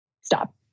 stop